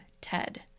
Ted